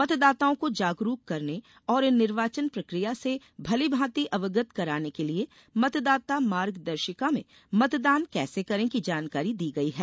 मतदाताओं को जागरूक करने और निर्वाचन प्रक्रिया से भलीमांति अवगत करवाने के लिये मतदाता मार्गदर्शिका वोटर गाइड में मतदान कैसे करें की जानकारी दी गई है